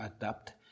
adapt